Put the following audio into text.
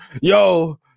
Yo